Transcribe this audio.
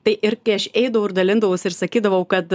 tai ir aš eidavau ir dalindavaus ir sakydavau kad